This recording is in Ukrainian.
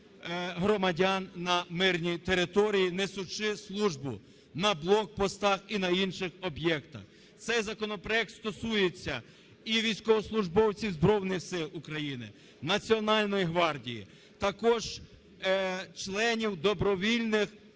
громадян на мирній території, несучи службу на блокпостах і на інших об'єктах. Цей законопроект стосується і військовослужбовців Збройних Сил України, Національної гвардії, також членів добровільних